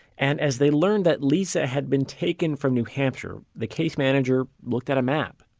and as they learned that lisa had been taken from new hampshire, the case manager looked at a map.